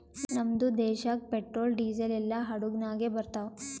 ನಮ್ದು ದೇಶಾಗ್ petrol, diesel ಎಲ್ಲಾ ಹಡುಗ್ ನಾಗೆ ಬರ್ತಾವ್